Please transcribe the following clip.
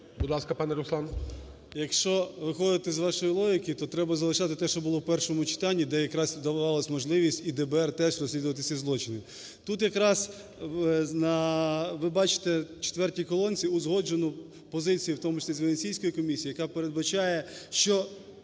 Якщо виходити з вашої логіки, то треба залишати те, що було в першому читанні, де якраз давалась можливість і ДБР теж розслідувати ці злочини. Тут якраз ви бачите в четвертій колонці узгоджену позицію в тому числі з Венеційською комісією, яка передбачає, що